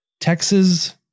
Texas